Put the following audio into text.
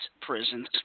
prisons